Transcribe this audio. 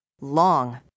long